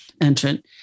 entrant